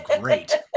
great